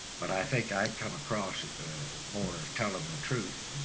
but, i think i'd come across more as tellin' the truth